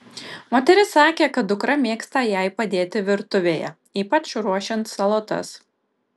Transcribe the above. moteris sakė kad dukra mėgsta jai padėti virtuvėje ypač ruošiant salotas